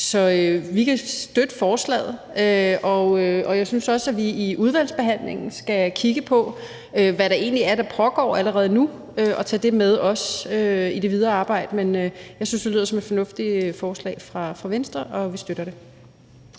Så vi kan støtte forslaget, og jeg synes også, at vi i udvalgsbehandlingen skal kigge på, hvad det egentlig er, der pågår allerede nu, og tage det med også i det videre arbejde. Jeg synes, det lyder som et fornuftigt forslag fra Venstre, og vi støtter det.